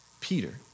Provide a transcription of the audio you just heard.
Peter